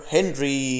Henry